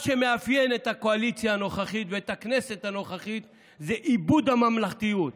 מה שמאפיין את הקואליציה הנוכחית והכנסת הנוכחית הוא איבוד הממלכתיות.